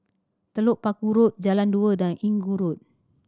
Telok Paku Road Jalan Dua and Inggu Road